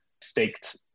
staked